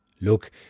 Look